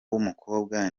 w’umukobwa